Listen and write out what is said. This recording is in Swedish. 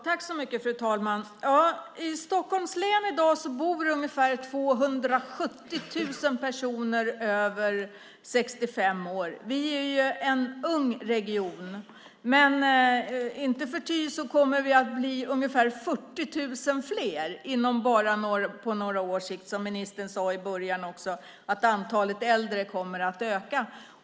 Fru talman! I Stockholms län bor i dag ungefär 270 000 personer över 65 år. Vi är ju en ung region. Men icke förty kommer vi att bli ungefär 40 000 fler på bara några års sikt, för som ministern också sade i början kommer antalet äldre att öka.